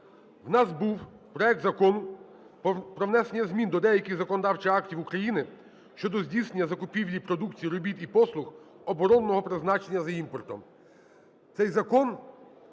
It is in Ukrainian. в нас був проект Закону про внесення змін до деяких законодавчих актів України щодо здійснення закупівлі продукції, робіт і послуг оборонного призначення за імпортом.